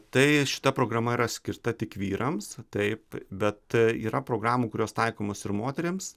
tai šita programa skirta tik vyrams taip bet yra programų kurios taikomos ir moterims